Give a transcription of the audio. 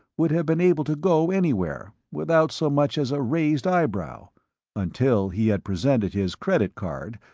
would have been able to go anywhere, without so much as a raised eyebrow until he had presented his credit card,